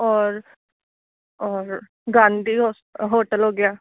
ਔਰ ਔਰ ਗਾਂਧੀ ਹੋ ਹੋਟਲ ਹੋ ਗਿਆ